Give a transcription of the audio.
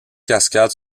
cascades